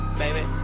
baby